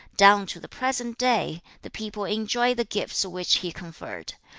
down to the present day, the people enjoy the gifts which he conferred.